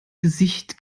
gesicht